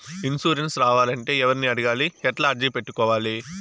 Insurance రావాలంటే ఎవర్ని అడగాలి? ఎట్లా అర్జీ పెట్టుకోవాలి?